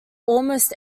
almost